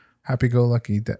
happy-go-lucky